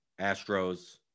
Astros